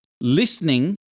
Listening